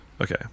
Okay